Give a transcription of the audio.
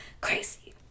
crazy